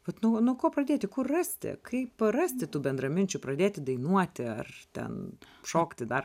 vat nu nu ko pradėti kur rasti kaip rasti tų bendraminčių pradėti dainuoti ar ten šokti dar